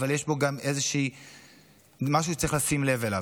אבל יש בו גם משהו שצריך לשים לב אליו: